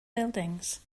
buildings